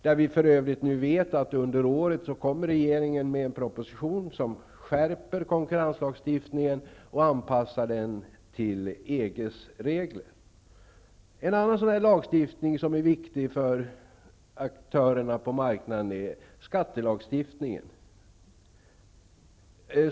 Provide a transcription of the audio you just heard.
Vi vet, för övrigt, att regeringen skall lägga en proposition med förslag till skärpning av konkurrenslagstiftningen och anpassning till EG:s regler. En annan lagstiftning som är viktig för aktörerna på marknaden är skattelagstiftningen.